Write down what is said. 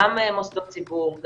גם מוסדות ציבור,